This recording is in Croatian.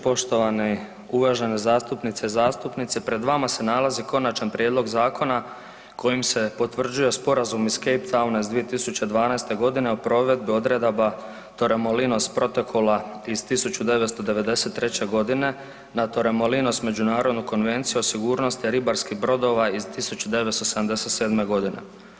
Poštovani uvažene zastupnice i zastupnici pred vama se nalazi Konačan prijedlog Zakona kojim se potvrđuje Sporazuma iz Cape Towna iz 2012. o provedbi odredaba Torremolinos protokola iz 1993. na Torremolinos međunarodnu konvenciju o sigurnosti ribarskih brodova iz 1977. godine.